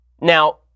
Now